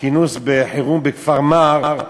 כינוס חירום בכפר מע'אר,